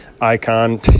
icon